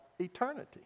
eternity